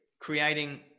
creating